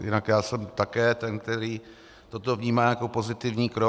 Jinak já jsem také ten, který toto vnímá jako pozitivní krok.